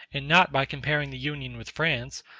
and not by comparing the union with france,